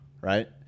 Right